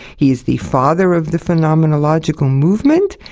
he is the father of the phenomenological movement,